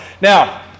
Now